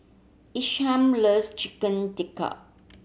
Isham loves Chicken Tikka